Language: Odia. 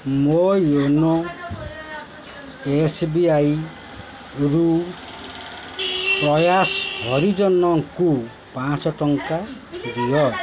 ମୋ ୟୋନୋ ଏସ୍ବିଆଇରୁ ପ୍ରୟାସ ହରିଜନଙ୍କୁ ପାଞ୍ଚ ଶହ ଟଙ୍କା ଦିଅ